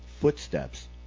footsteps